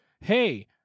hey